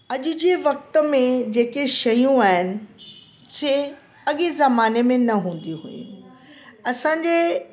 अॼु जे वक़्तु में जेके शयूं आहिनि छे अॻिए ज़माने में न हूंदियूं हुइयूं असांजे